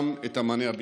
גם את המענה הביטחוני.